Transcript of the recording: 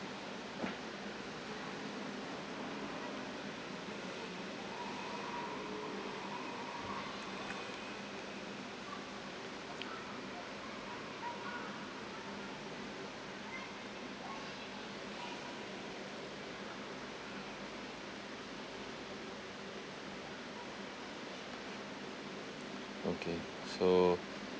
okay so